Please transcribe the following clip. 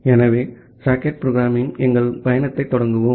ஆகவே socket programming நாம் பயணத்தைத் தொடங்குவோம்